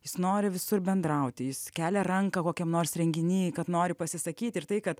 jis nori visur bendrauti jis kelia ranką kokiam nors renginy kad nori pasisakyt ir tai kad